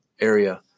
area